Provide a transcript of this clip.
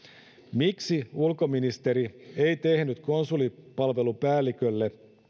miksi ulkoministeri ei tehnyt konsulipalvelupäällikölle